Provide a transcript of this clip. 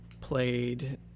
played